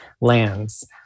lands